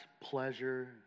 pleasure